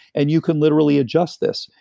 and you can literally adjust this.